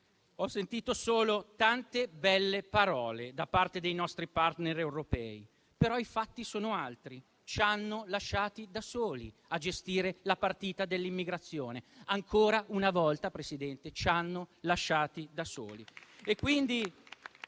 ho sentito solo tante belle parole da parte dei nostri *partner* europei, però i fatti sono altri. Ci hanno lasciati soli a gestire la partita dell'immigrazione. Ancora una volta, Presidente, ci hanno lasciati soli.